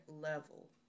level